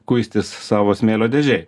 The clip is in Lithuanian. kuistis savo smėlio dėžėj